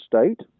state